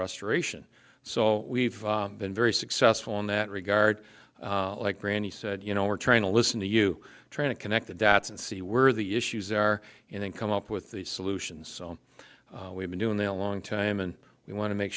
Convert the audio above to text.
restoration so we've been very successful in that regard like granny said you know we're trying to listen to you try to connect the dots and see where the issues are and then come up with the solutions so we've been doing the a long time and we want to make